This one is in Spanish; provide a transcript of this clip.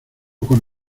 con